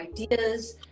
ideas